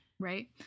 Right